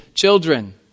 children